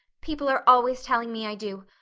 people are always telling me i do.